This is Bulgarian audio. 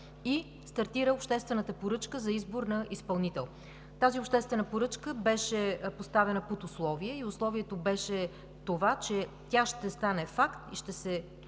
и стартира обществената поръчка за избор на изпълнител. Тази обществена поръчка беше поставена под условие и условието беше, че тя ще стане факт и ще се